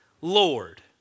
Lord